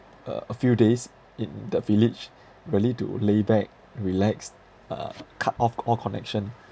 uh a few days in the village really to lay back relax uh cut off all connection